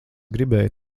gribēju